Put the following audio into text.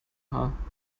haar